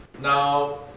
Now